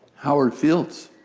howard fields.